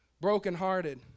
brokenhearted